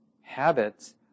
habits